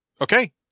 Okay